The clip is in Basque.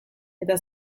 eta